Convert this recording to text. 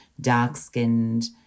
dark-skinned